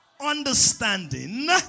understanding